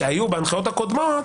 שהיו בהנחיות הקודמות,